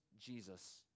Jesus